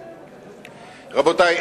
רבותי,